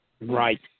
Right